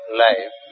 life